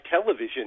television